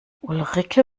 ulrike